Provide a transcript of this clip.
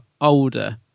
older